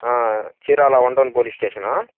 Chirala one town police station